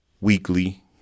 weekly